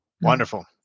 Wonderful